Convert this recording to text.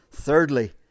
thirdly